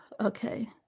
Okay